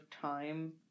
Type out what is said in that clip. time